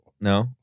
No